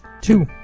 Two